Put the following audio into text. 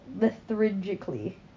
lethargically